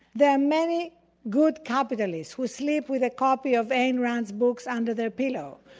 there are many good capitalists who sleep with a copy of ayn rand's books under their pillow,